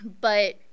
But-